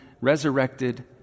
resurrected